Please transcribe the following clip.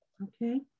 Okay